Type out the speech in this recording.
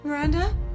Miranda